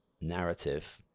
narrative